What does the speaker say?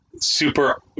super